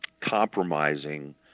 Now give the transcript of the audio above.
compromising